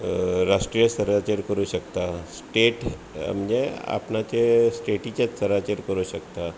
राष्ट्रीय स्थराचेर करुं शकता स्टेट म्हणजे आपणाचे स्टेटीचे थराचेर करुंक शकतां